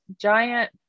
giant